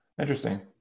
Interesting